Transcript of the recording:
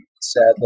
Sadly